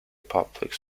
public